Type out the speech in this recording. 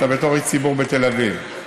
אתה בתור איש ציבור בתל אביב,